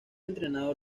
entrenador